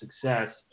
success